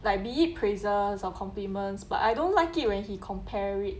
like be it praises or compliments but I don't like it when he compare it